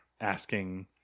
asking